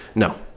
no,